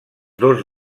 dos